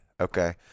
Okay